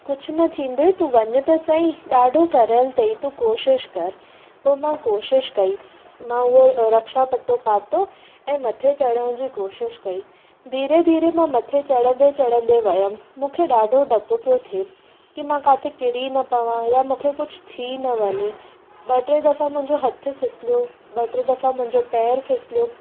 कुझु न थींदइ तूं वञि त सहीं ॾाढो सरल अथई तूं कोशिशि करि पोइ मां कोशिशि कई मां उहो रक्षा पटो पातो ऐं मथे चढ़ण जी कोशिशि कई धीरे धीरे मां मथे चढ़ंदे चढ़ंदे वयमि मूंखे ॾाढो डपु पियो थिए की मां काथे किरी न पवां या मूंखे कुझु थी न वञे ॿ टे दफ़ा मुंहिंजो हथ फिसिलियो ॿ टे दफ़ा मुंहिंजो पेर फिसिलियो